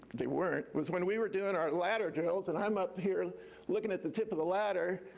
they weren't, was when we were doing our ladder drills and i'm up here looking at the tip of the ladder,